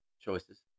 choices